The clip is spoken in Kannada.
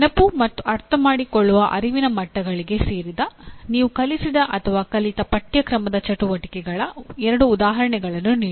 ನೆನಪು ಮತ್ತು ಅರ್ಥಮಾಡಿಕೊಳ್ಳುವ ಅರಿವಿನ ಮಟ್ಟಗಳಿಗೆ ಸೇರಿದ ನೀವು ಕಲಿಸಿದ ಅಥವಾ ಕಲಿತ ಪಠ್ಯಕ್ರಮದ ಚಟುವಟಿಕೆಗಳ ಎರಡು ಉದಾಹರಣೆಗಳನ್ನು ನೀಡಿ